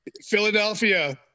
Philadelphia